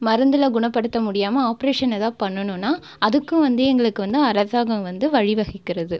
மருந்தில் குணப்படுத்த முடியாமல் ஆப்ரேஷன் எதாவது பண்ணணுனால் அதுக்கும் வந்து எங்களுக்கு வந்து அரசாங்கம் வந்து வழி வகுக்கிறது